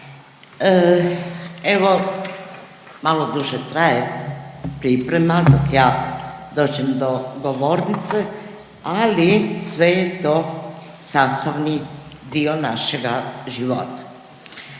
Evo, malo duže traje priprema dok ja dođem do govornice, ali sve je to sastavni dio našega života.